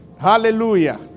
Hallelujah